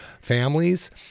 families